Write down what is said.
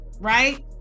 Right